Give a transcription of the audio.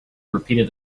repeated